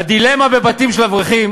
הדילמה בבתים של אברכים